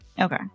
Okay